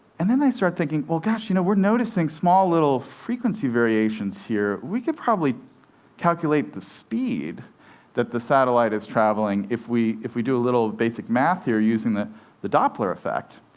and then they start thinking, well, gosh, you know we're noticing small little frequency variations here. we could probably calculate the speed that the satellite is traveling if we if we do a little basic math here using the the doppler effect.